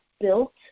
built